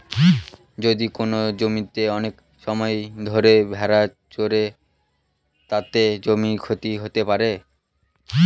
যদি কোনো জমিতে অনেক সময় ধরে ভেড়া চড়ে, তাতে জমির ক্ষতি হতে পারে